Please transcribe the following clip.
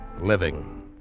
Living